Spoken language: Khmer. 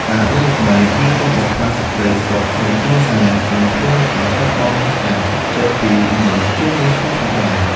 ការលេងល្បែង វាក៏បំផ្លាញសេចក្តីសុខក្នុងក្រុមគ្រួសារ និងធ្វើឲ្យបាត់បង់ការទុកចិត្តពីមនុស្សជុំវិញខ្លួនផងដែរ។